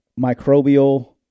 microbial